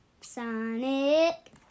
Sonic